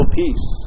peace